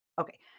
okay